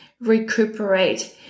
recuperate